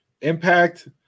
impact